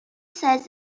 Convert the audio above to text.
says